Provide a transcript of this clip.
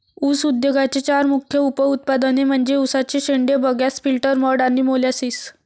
ऊस उद्योगाचे चार मुख्य उप उत्पादने म्हणजे उसाचे शेंडे, बगॅस, फिल्टर मड आणि मोलॅसिस